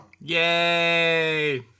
Yay